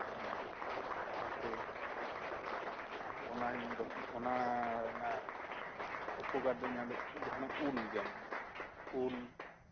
ᱚᱱᱟᱛᱮ ᱚᱱᱟ ᱨᱮᱱᱟᱜ ᱩᱯᱚᱠᱟᱨ ᱫᱚᱧ ᱧᱟᱢ ᱮᱫᱟ ᱡᱟᱦᱟᱱᱟᱜ ᱩᱞ ᱡᱮᱢᱚᱱ ᱩᱞ